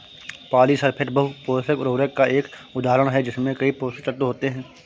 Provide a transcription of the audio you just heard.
polysulphate बहु पोषक उर्वरक का एक उदाहरण है जिसमें कई पोषक तत्व होते हैं